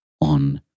on